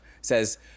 says